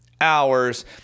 hours